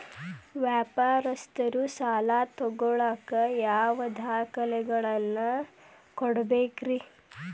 ವ್ಯಾಪಾರಸ್ಥರು ಸಾಲ ತಗೋಳಾಕ್ ಯಾವ ದಾಖಲೆಗಳನ್ನ ಕೊಡಬೇಕ್ರಿ?